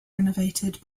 renovated